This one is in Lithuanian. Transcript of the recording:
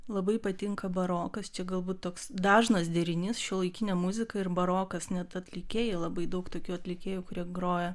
labai patinka barokas čia galbūt toks dažnas derinys šiuolaikinė muzika ir barokas net atlikėjai labai daug tokių atlikėjų kurie groja